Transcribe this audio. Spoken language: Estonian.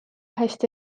hästi